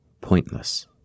pointless